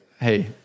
Hey